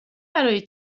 برای